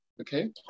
Okay